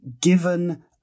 given